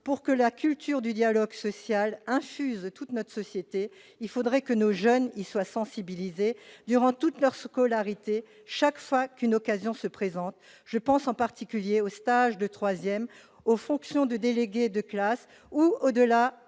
pour que la culture du dialogue social « infuse » toute notre société, il faudrait que nos jeunes y soient sensibilisés durant toute leur scolarité, chaque fois qu'une occasion se présente. Je pense en particulier au stage de troisième, aux fonctions de délégué de classe ou, au-delà